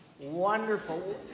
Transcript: Wonderful